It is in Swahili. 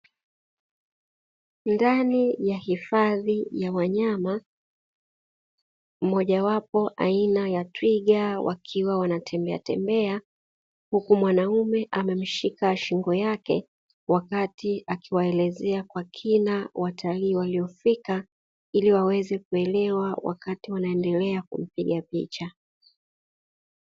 Ndani ya hifadhi ya wanyama mmoja wapo aina ya twiga wakiwa wanatembea tembea huku mwanaume akiwa amemshika shingo yake wakati akiwa anawaelezea watalii waliofika ili waweze kumwelewa wakati wakiendelea kumpiga picha.